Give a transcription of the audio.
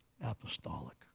apostolic